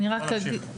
אני רק אגיד,